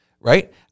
right